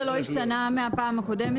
זה לא השתנה מהפעם הקודמת,